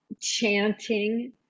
chanting